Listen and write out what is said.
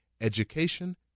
education